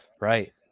right